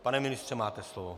Pane ministře, máte slovo.